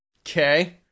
Okay